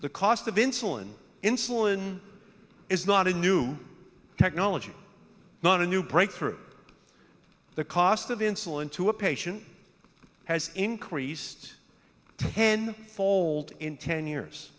the cost of insulin insulin is not a new technology not a new breakthrough the cost of insulin to a patient has increased ten fold in ten years